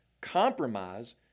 Compromise